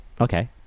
Okay